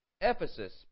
Ephesus